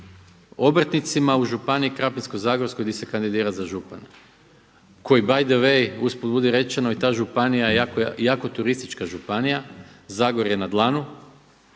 obrtnicima u županiji Krapinsko-zagorskog gdje se kandidira za župana koji by the way, uz put budi rečeno i ta županija jako turistička županija, Zagorje na dlanu